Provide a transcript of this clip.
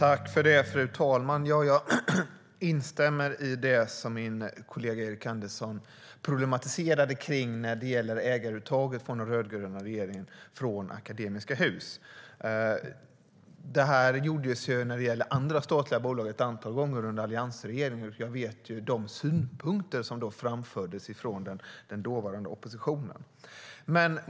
Fru ålderspresident! Jag instämmer i min kollega Erik Anderssons problematisering av den rödgröna regeringens ägaruttag från Akademiska Hus. Det gjordes ett antal gånger under alliansregeringen vad gäller andra statliga bolag. Jag vet vilka synpunkter den dåvarande oppositionen framförde då.